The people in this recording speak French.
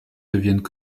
deviennent